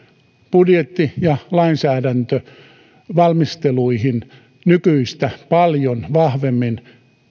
budjetti ja lainsäädäntövalmisteluihin nykyistä paljon vahvemmin